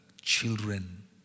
children